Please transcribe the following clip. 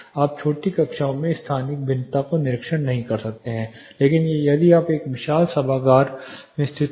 आप छोटी कक्षाओं में स्थानिक भिन्नता का निरीक्षण नहीं कर सकते हैं लेकिन यदि आप एक विशाल सभागार में स्थित हैं